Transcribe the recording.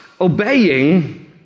obeying